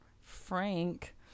Frank